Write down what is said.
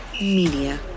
Media